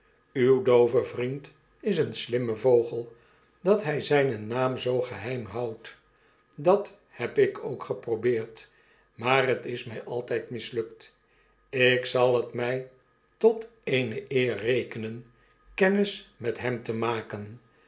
uw doove vriend is eene slimme vogel dat h j zflnen naam zoo geheim houdt dat heb ik ook geprobeerd maar het is mij altp mislukt ik zal het mij tot eene eer rekenen kennis met hem te maken